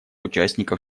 участников